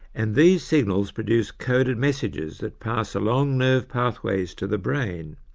and these signals produce coded messages that pass along nerve pathways to the brain.